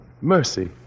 Mercy